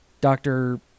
Doctor